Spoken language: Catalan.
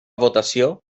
votació